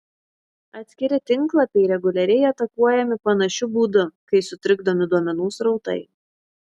atskiri tinklapiai reguliariai atakuojami panašiu būdu kai sutrikdomi duomenų srautai